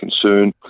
concern